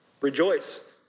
rejoice